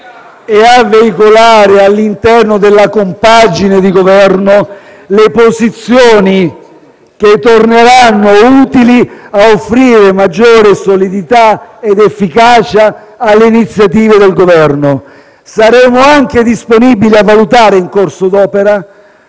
e a veicolare all'interno della compagine di Governo le posizioni che torneranno utili ad offrire maggiore solidità ed efficacia alle iniziative del Governo. Saremo anche disponibili a valutare, in corso d'opera,